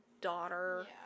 daughter